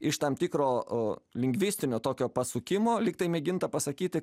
iš tam tikro lingvistinio tokio pasukimo lyg tai mėginta pasakyti